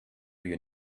you